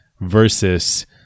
versus